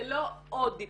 זה לא עוד דיפלומטיה,